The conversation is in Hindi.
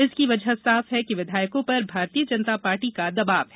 इसकी वजह साफ है कि विधायकों पर भारतीय जनता पार्टी का दबाव है